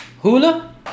Hula